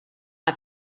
not